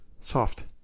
Soft